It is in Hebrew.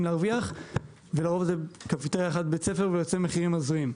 להרוויח ולרוב זו קפיטריה אחת בבית ספר ויוצא מחירים הזויים.